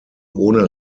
ohne